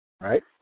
Right